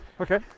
Okay